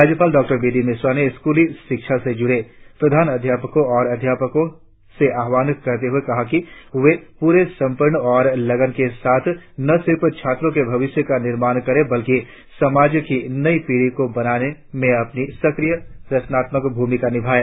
राज्यपाल Dr B D Mishra ने स्कूली शिक्षा से जुड़े प्रधानाध्यापकों और अध्यापको से आह्वान करते हुए कहा है कि वे पूरे समर्पण और लगन के साथ न सिर्फ छात्रों के भविष्य का निर्माण करे बल्कि समाज की नई पीढ़ी को बनाने में अपनी सक्रिय रचनात्मक भूमिका निभाएं